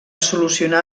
solucionar